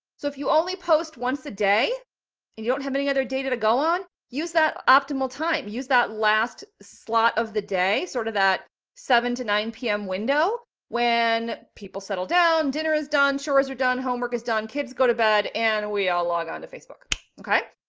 so if you only post once a day and you don't have any other data to go on, use that optimal time. use that last slot of the day, sort of that seven to nine zero pm window when people settle down, dinner has done, chores are done, homework is done, kids go to bed and we all log on to facebook. okay,